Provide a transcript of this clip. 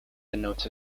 denotes